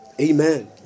Amen